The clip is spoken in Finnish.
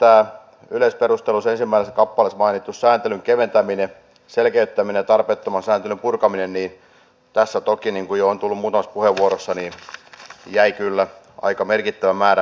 ja erityisesti yleisperusteluissa ensimmäisessä kappaleessa mainituissa sääntelyn keventämisessä selkeyttämisessä ja tarpeettoman sääntelyn purkamisessa toki niin kuin jo on tullut muutamassa puheenvuorossa esiin jäi kyllä aika merkittävä määrä töitä